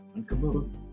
Uncomposed